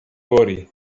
worry